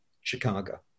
Chicago